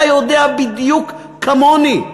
אתה יודע בדיוק כמוני,